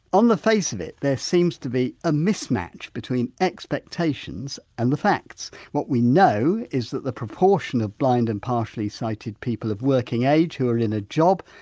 on the face of it, there seems to be a mismatch between expectations and the facts. what we know is that the proportion of blind and partially sighted people of working age, who are in a job,